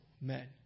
men